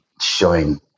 showing